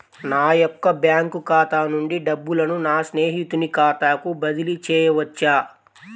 నా యొక్క బ్యాంకు ఖాతా నుండి డబ్బులను నా స్నేహితుని ఖాతాకు బదిలీ చేయవచ్చా?